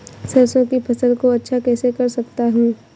सरसो की फसल को अच्छा कैसे कर सकता हूँ?